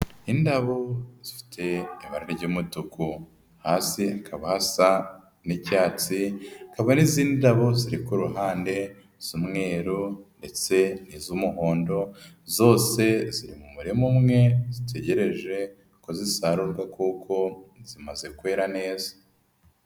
Indabo zifite ibara ry'umutuku hasi hakaba hasa n'icyatsi, hakaba n'izindi ndabo ziri ku ruhande z'umweru, ndetse n'iz'umuhondo zose ziri mu murima umwe, zitegereje ko zisarurwa kuko zimaze kwera neza.